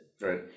Right